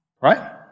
right